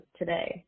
today